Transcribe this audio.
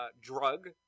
drug